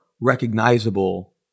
recognizable